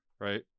right